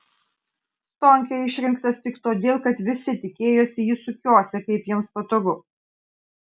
stonkė išrinktas tik todėl kad visi tikėjosi jį sukiosią kaip jiems patogu